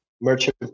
merchant